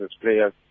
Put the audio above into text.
players